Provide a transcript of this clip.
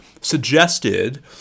suggested